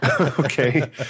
Okay